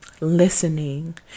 Listening